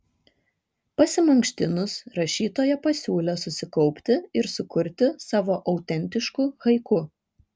pasimankštinus rašytoja pasiūlė susikaupti ir sukurti savo autentiškų haiku